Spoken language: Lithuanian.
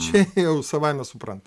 čia jau savaime supranta